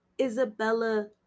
Isabella